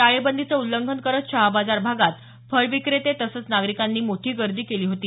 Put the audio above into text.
टाळेबंदीचं उल्लंघन करत शहाबाजार भागात फळ विक्रेते तसंच नागरिकांनी काल मोठी गर्दी केली होती